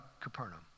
Capernaum